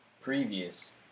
previous